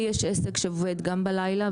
לי יש עסק שעובד גם בלילה,